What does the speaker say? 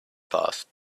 passed